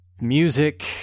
music